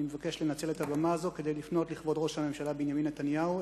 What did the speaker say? אני מבקש לנצל את הבמה הזו כדי לפנות לכבוד ראש הממשלה בנימין נתניהו,